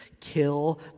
kill